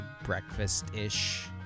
breakfast-ish